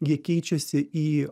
jie keičiasi į